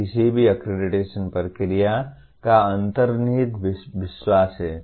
यह किसी भी अक्रेडिटेशन प्रक्रिया का अंतर्निहित विश्वास है